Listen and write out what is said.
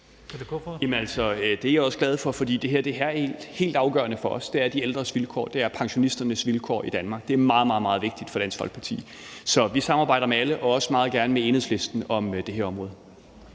Det er jeg også glad for, for det her er helt afgørende for os. De ældres vilkår og pensionisternes vilkår i Danmark er meget, meget vigtigt for Dansk Folkeparti. Så vi samarbejder med alle og også meget gerne med Enhedslisten om det her område.